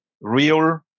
real